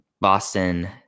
Boston